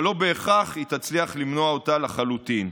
אבל היא לא בהכרח תצליח למנוע אותה לחלוטין.